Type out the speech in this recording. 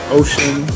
ocean